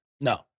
No